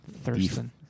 Thurston